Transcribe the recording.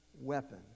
weapon